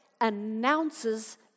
announces